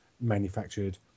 manufactured